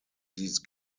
these